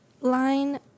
line